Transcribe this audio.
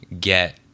get